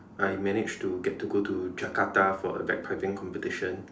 I managed to get to go to Jakarta for a bagpiping competition